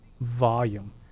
volume